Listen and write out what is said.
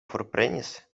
forprenis